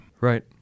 Right